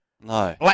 No